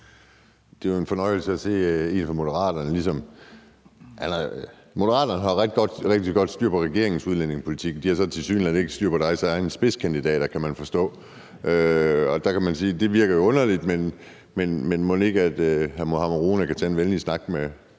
Det er en fornøjelse at se, at Moderaterne har rigtig godt styr på regeringens udlændingepolitik, men de har så tilsyneladende ikke styr på deres egen spidskandidat, kan man forstå. Det kan man sige virker underligt, men mon ikke hr. Mohammad Rona kan tage en venlig snak med